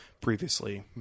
previously